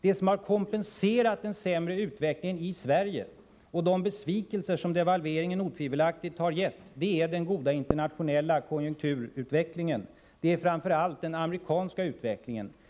Det som har kompenserat den sämre utvecklingen i Sverige och de besvikelser som devalveringen otvivelaktigt har gett är den goda internationella konjunkturutvecklingen, främst den amerikanska.